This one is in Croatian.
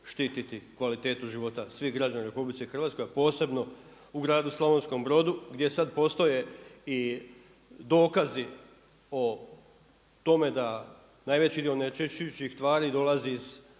štititi kvalitetu života svih građana u RH, a posebno u gradu Slavonskom Brodu gdje sad postoje i dokazi o tome da najveći dio onečišćujućih tvari dolazi iz